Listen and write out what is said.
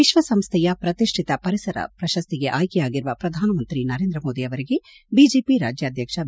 ವಿಶ್ವಸಂಸ್ಟೆಯ ಪ್ರತಿಷ್ಠಿತ ಪರಿಸರ ಪ್ರಶಸ್ತಿಗೆ ಆಯ್ಕೆಯಾಗಿರುವ ಪ್ರಧಾನ ಮಂತ್ರಿ ನರೇಂದ್ರ ಮೋದಿ ಅವರಿಗೆ ಬಿಜೆಪಿ ರಾಜ್ವಾಧ್ಯಕ್ಷ ಬಿ